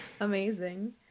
amazing